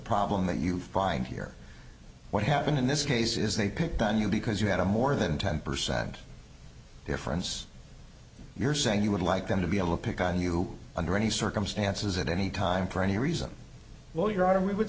problem that you find here what happened in this case is they picked on you because you had a more than ten percent difference you're saying you would like them to be able to pick on you under any circumstances at any time for any reason well your honor we would